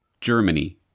Germany